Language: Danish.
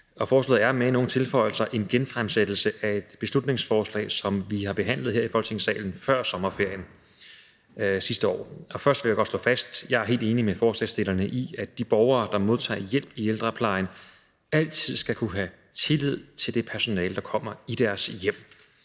Forslaget er med nogle tilføjelser en genfremsættelse af et beslutningsforslag, som vi har behandlet her i Folketingssalen før sommerferien sidste år. Først vil jeg godt slå fast, at jeg er helt enig med forslagsstillerne i, at de borgere, der modtager hjælp i ældreplejen, altid skal kunne have tillid til det personale, der kommer i deres hjem.